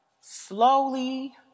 Slowly